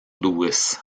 lewis